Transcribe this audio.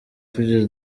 twigeze